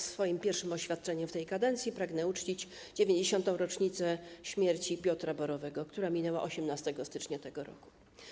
W swoim pierwszym oświadczeniu w tej kadencji pragnę uczcić 90. rocznicę śmierci Piotra Borowego, która minęła 18 stycznia tego roku.